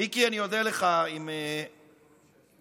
מיקי, אני אודה לך אם, מיקי,